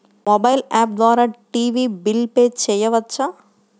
Mobile app ద్వారా TV bill pay చేయవచ్చా?